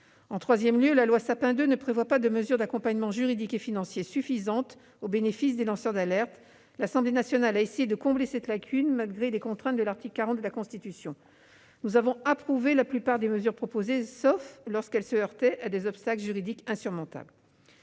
En troisième lieu, la loi Sapin II ne prévoit pas de mesures d'accompagnement juridique et financier suffisantes au bénéfice des lanceurs d'alerte. L'Assemblée nationale a essayé de combler cette lacune, malgré les contraintes de l'article 40 de la Constitution. Nous avons approuvé la plupart des mesures proposées, sauf lorsqu'elles se heurtaient à des obstacles juridiques insurmontables.